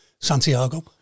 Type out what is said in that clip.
Santiago